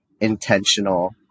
intentional